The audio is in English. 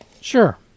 Sure